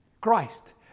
Christ